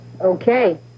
okay